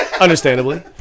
Understandably